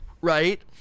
right